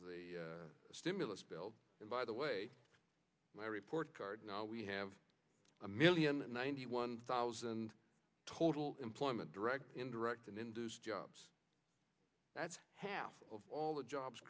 e stimulus bill and by the way my report card now we have a million ninety one thousand total employment direct indirect jobs that's half of all the jobs